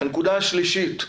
הנקודה השלישית,